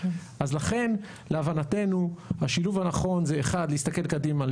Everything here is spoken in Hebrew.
לכן להבנתנו השילוב הנכון זה להסתכל קדימה,